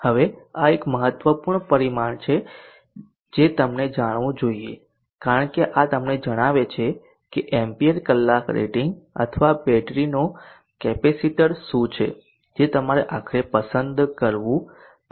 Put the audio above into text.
હવે આ એક મહત્વપૂર્ણ પરિમાણ છે જે તમને જાણવું જોઈએ કારણ કે આ તમને જણાવે છે કે એમ્પીયર કલાક રેટિંગ અથવા બેટરીનો કેપેસિટર શું છે જે તમારે આખરે પસંદ કરવું પડશે